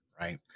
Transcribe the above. Right